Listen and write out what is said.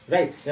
Right